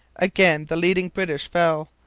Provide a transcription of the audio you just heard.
again the leading british fell,